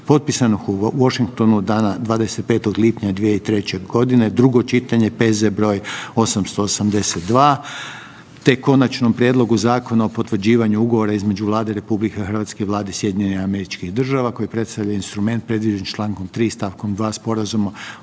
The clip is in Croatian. potpisanog u Washingtonu dana 25. lipnja 2003.g., drugo čitanje, P.Z. br. 882., te - Konačnom prijedlogu Zakona o potvrđivanju Ugovora između Vlade RH i Vlade SAD koji predstavlja instrument predviđen čl. 3. st. 2. Sporazuma